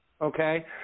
okay